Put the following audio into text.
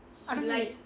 I don't link